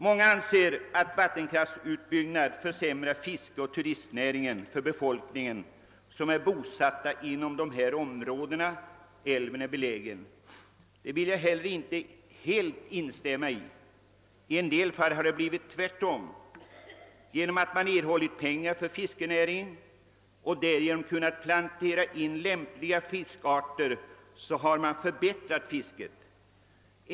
Många anser att vattenkraftutbyggnaden försämrat fisket och turistnäringen för den befolkning som är bosatt i de områden där älven går. Jag vill inte helt instämma i detta. I en del fall har det blivit tvärtom. Genom att man erhållit pengar till fiskenäringen och kunnat plantera in lämpliga fiskarter har fisket t.o.m. kunnat förbättras.